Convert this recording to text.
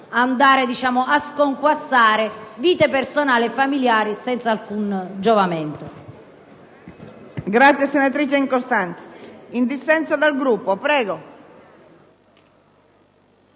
sconquassare vite personali e familiari, senza alcun giovamento.